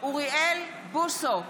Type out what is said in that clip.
אוריאל בוסו,